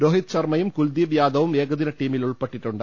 രോഹിത് ഷർമയും കുൽദീപ് യാദവും ഏ കദിന ടീമിൽ ഉൾപ്പെട്ടിട്ടുണ്ട്